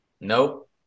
Nope